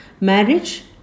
Marriage